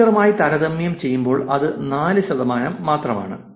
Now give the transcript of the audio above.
ട്വിറ്ററുമായി താരതമ്യം ചെയ്യുമ്പോൾ ഇത് 4 ശതമാനം മാത്രമാണ്